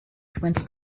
twenty